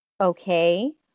okay